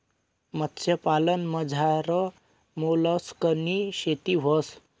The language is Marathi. मत्स्यपालनमझार मोलस्कनी शेती व्हस